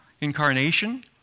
incarnation